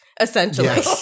essentially